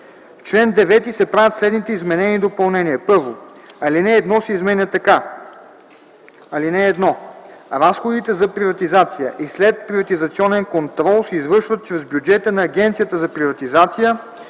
чл. 9 се правят следните изменения допълнения: 1. Алинея 1 се изменя така: „(1) Разходите за приватизация и следприватизационен контрол се извършват чрез бюджета на Агенцията за приватизация